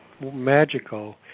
magical